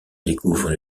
découvrent